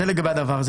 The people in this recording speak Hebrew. זה לגבי הדבר הזה.